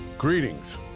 Greetings